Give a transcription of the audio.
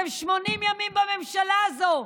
אתם 80 ימים בממשלה הזו.